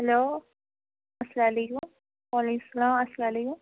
hello اسلام وعلیکُم وعلیکُم سلام اسلام علیکُم